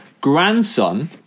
grandson